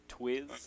Twiz